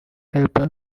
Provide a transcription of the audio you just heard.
helper